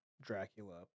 Dracula